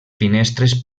finestres